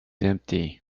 empty